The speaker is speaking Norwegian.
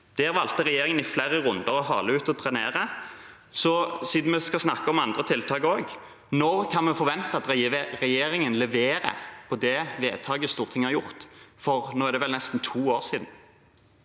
Der valgte regjeringen i flere runder å hale ut og trenere. Så siden vi også skal snakke om andre tiltak: Når kan vi forvente at regjeringen leverer på det vedtaket Stortinget har fattet, for nå er det vel nesten to år siden?